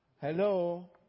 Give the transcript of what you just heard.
Hello